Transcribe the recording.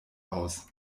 aus